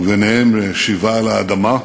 וביניהם שיבה אל האדמה,